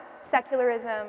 secularism